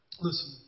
Listen